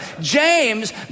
James